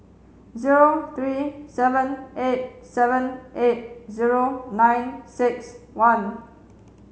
zero three seven eight seven eight zero nine six one